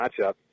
matchup